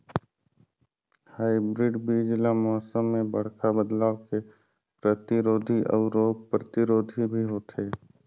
hybrid बीज ल मौसम में बड़खा बदलाव के प्रतिरोधी अऊ रोग प्रतिरोधी भी होथे